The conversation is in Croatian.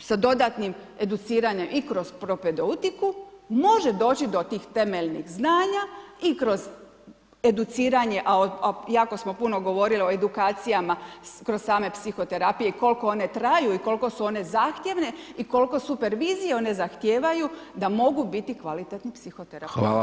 sa dodatnim educiranjem i kroz propedeutiku, može doći do tih temeljnih znanja i kroz educiranje a jako smo puno govorili o edukacijama kroz same psihoterapije i koliko one traje i koliko su one zahtjevne i kolike supervizije one zahtijevaju da mogu biti kvalitetni psihoterapeuti.